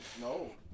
no